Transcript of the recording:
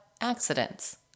accidents